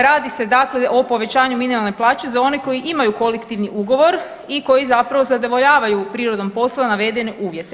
Radi se dakle o povećanju minimalne plaće za one koji imaju kolektivni ugovor i koji zapravo zadovoljavaju prirodom posla navedene uvjete.